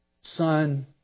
Son